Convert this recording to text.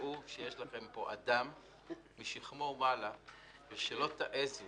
דעו שיש לכם פה אדם משכמו ומעלה ושלא תעזו